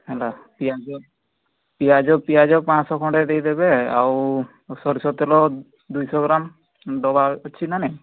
ହେଲା ପିଆଜ ପିଆଜ ପିଆଜ ପାଞ୍ଚଶହ ଖଣ୍ଡେ ଦେଇଦେବେ ଆଉ ସୋରିଷ ତେଲ ଦୁଇଶହ ଗ୍ରାମ୍ ଡବା ଅଛି ନା ନାହିଁ